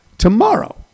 Tomorrow